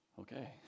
okay